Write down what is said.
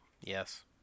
Yes